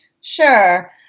Sure